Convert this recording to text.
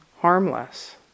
harmless